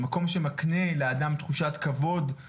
המקום שמקנה לאדם תחושת כבוד, סיפוק,